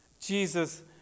Jesus